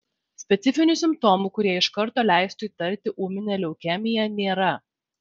specifinių simptomų kurie iš karto leistų įtarti ūminę leukemiją nėra